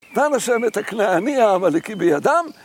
גם השבט הכנעני העמלקים בידם